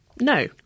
No